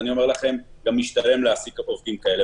אני אומר לכם, גם משתלם להעסיק עובדים כאלה.